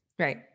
Right